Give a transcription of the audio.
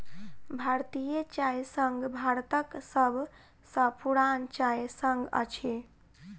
भारतीय चाय संघ भारतक सभ सॅ पुरान चाय संघ अछि